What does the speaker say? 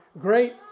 great